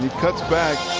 cuts back.